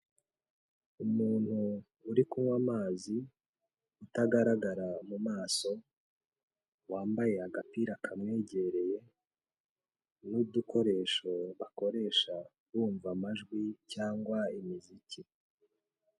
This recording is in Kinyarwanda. Umuntu uri kunywa amazi utagaragara mu maso, wambaye agapira kamwegereye n'udukoresho bakoresha bumva amajwi cyangwa imiziki.